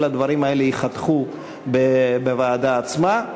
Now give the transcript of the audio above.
כל הדברים האלה ייחתכו בוועדה עצמה.